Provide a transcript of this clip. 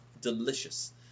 delicious